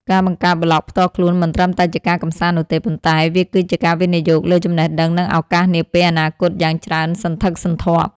ការបង្កើតប្លក់ផ្ទាល់ខ្លួនមិនត្រឹមតែជាការកម្សាន្តនោះទេ ប៉ុន្តែវាគឺជាការវិនិយោគលើចំណេះដឹង និងឱកាសនាពេលអនាគតយ៉ាងច្រើនសន្ធឹកសន្ធាប់